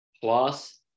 plus